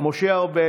משה ארבל,